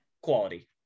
quality